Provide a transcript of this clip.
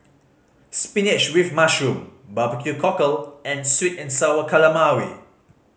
spinach with mushroom barbecue cockle and sweet and Sour Calamari